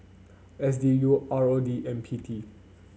S D U R O D and P T